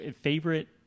Favorite